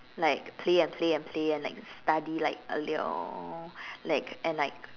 like play and play and play and like study like a little like and like